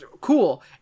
cool